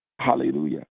Hallelujah